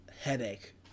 headache